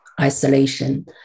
isolation